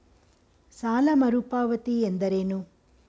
ಸಾಲ ಮರುಪಾವತಿ ಎಂದರೇನು?